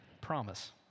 Promise